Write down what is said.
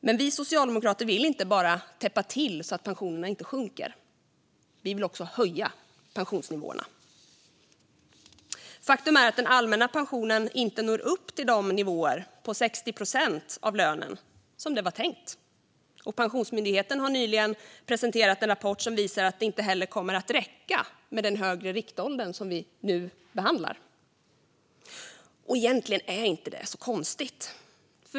Men vi socialdemokrater vill inte bara täppa till så att pensionerna inte sjunker, utan vi vill också höja pensionsnivåerna. Faktum är att den allmänna pensionen inte når upp till de nivåer på 60 procent av lönen som det var tänkt, och Pensionsmyndigheten har nyligen presenterat en rapport som visar att det inte heller kommer att räcka med det förslag till högre riktålder som vi nu behandlar. Egentligen är det inte så konstigt.